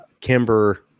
Kimber